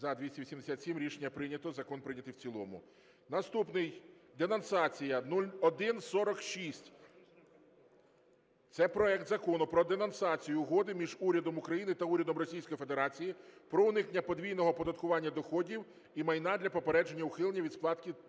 За-287 Рішення прийнято. Закон прийнятий в цілому. Наступний денонсація 0146, це проект Закону про денонсацію Угоди між Урядом України та Урядом Російської Федерації про уникнення подвійного оподаткування доходів і майна для попередження ухилень від сплати податків.